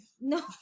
No